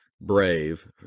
Brave